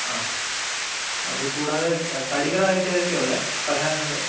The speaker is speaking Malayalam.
ആ അതുകൂടാതെ കടികളായിട്ട് ഏതൊക്കെയാണ് ഉളളത് പലഹാരങ്ങൾ